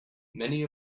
many